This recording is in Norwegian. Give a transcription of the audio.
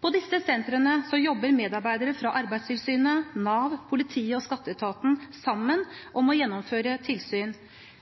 På disse sentrene jobber medarbeidere fra Arbeidstilsynet, Nav, politiet og skatteetaten sammen om å gjennomføre tilsyn,